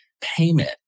payment